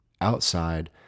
outside